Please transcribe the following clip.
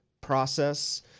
process